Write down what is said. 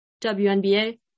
WNBA